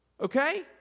Okay